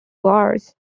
hours